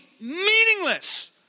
meaningless